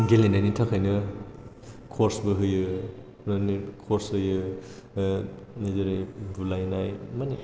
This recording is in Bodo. गेलेनायनि थाखायनो क'र्स बो होयो ओरैनो कर्स होयो जेरै बुलायनाय माने